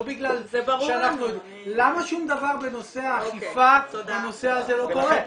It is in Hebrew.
לא בגלל שאנחנו --- למה שום דבר בנושא האכיפה לא קורה?